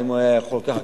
האם הוא היה יכול לקחת,